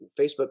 Facebook